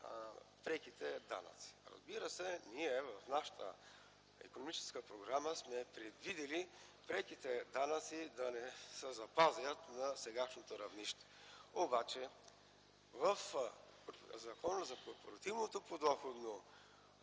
преките данъци. Разбира се, ние в нашата икономическа програма сме предвидили преките данъци да се запазят на сегашното равнище, обаче в Закона за корпоративното подоходно